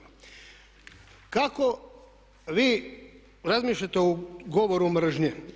Kako vi razmišljate o govoru mržnje?